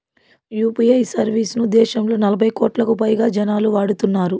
UPI service ను దేశంలో నలభై కోట్లకు పైగా జనాలు వాడుతున్నారు